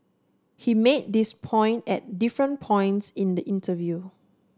he made this point at different points in the interview